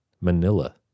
Manila